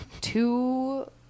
Two